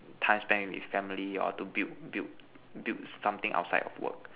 time spent with family or to build build build something outside of work